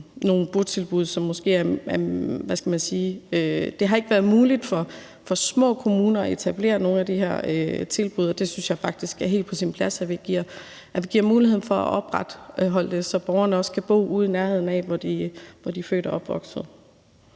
nogle botilbud. Det har ikke været muligt for små kommuner at etablere nogle af de her tilbud, og jeg synes faktisk, at det er helt på sin plads, at vi giver mulighed for at oprette dem, så borgerne også kan bo i nærheden af, hvor de er født og opvokset.